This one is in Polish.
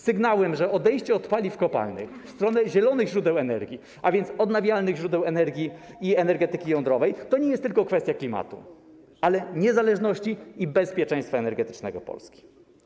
Sygnałem, że odejście od paliw kopalnych w stronę zielonych źródeł energii, a więc odnawialnych źródeł energii i energetyki jądrowej, to nie jest tylko kwestia klimatu, ale niezależności i bezpieczeństwa energetycznego Polski.